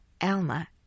Alma